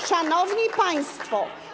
Szanowni Państwo!